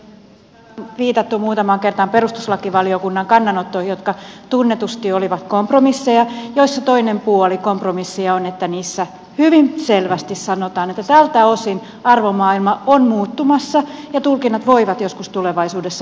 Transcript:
täällä on viitattu muutamaan kertaan perustuslakivaliokunnan kannanottoihin jotka tunnetusti olivat kompromisseja joissa toinen puoli kompromisseja on että niissä hyvin selvästi sanotaan että tältä osin arvomaailma on muuttumassa ja tulkinnat voivat joskus tulevaisuudessa muuttua